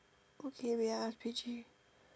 okay wait ah ask Paige